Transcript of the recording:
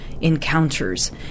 encounters